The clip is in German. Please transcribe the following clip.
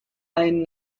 ein